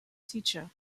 teacher